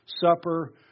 Supper